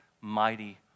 mighty